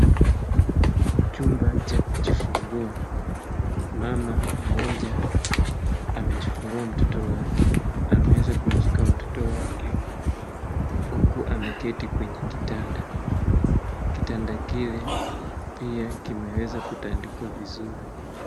Chumba cha kujifungua, mama mmoja amejifungua mtoto wake ,ameweza kumshika mtoto wake huku ameketi kwenye kitanda. Kitanda kile pia kimeweza kutandikwa vizuri.